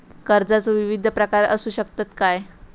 कर्जाचो विविध प्रकार असु शकतत काय?